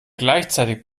gleichzeitig